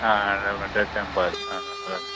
आं दामोदर टेंम्पल